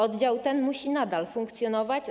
Oddział ten musi nadal funkcjonować.